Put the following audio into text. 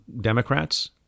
Democrats